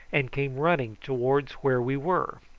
and came running towards where we were.